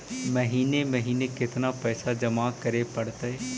महिने महिने केतना पैसा जमा करे पड़तै?